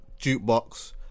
jukebox